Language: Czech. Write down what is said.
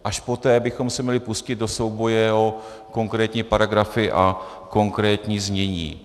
Až poté bychom se měli pustit do souboje o konkrétní paragrafy a konkrétní znění.